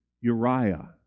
Uriah